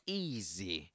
easy